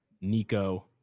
Nico